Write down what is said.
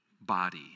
body